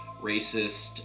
racist